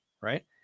right